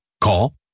Call